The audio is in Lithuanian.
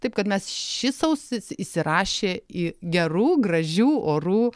taip kad mes šis sausis įsirašė į gerų gražių orų